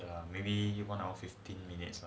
ya lor maybe one hour fifteen minutes